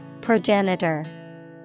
Progenitor